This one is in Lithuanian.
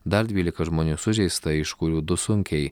dar dvylika žmonių sužeista iš kurių du sunkiai